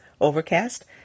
Overcast